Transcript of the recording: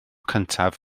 cyntaf